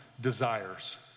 desires